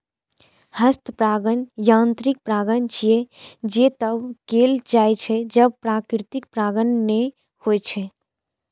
हस्त परागण यांत्रिक परागण छियै, जे तब कैल जाइ छै, जब प्राकृतिक परागण नै होइ छै